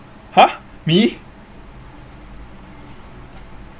!huh! me